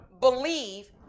believe